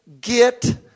get